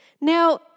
Now